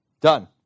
done